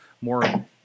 more